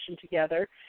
together